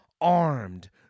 armed